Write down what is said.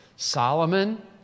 Solomon